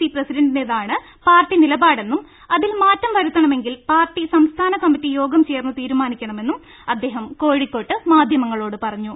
C പ്രസിഡണ്ടിന്റേതാണ് party നിലപാടെന്നും അതിൽ മാറ്റം വരുത്തണമെങ്കിൽ പാർട്ടി സംസ്ഥാന കമ്മറ്റി യോഗം ചേർന്ന് തീരുമാനിക്കണമെന്നും അദ്ദേഹം കോഴിക്കോട്ട് മാധ്യമങ്ങളോട് പറഞ്ഞു